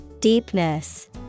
Deepness